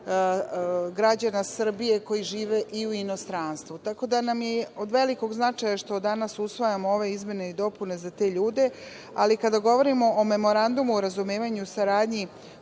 građana Srbije koji žive i u inostranstvu, tako da nam je od velikog značaja što danas usvajamo ove izmene i dopune za te ljude, ali kada govorimo o Memorandumu o razumevanju i saradnji